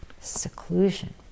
seclusion